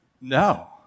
No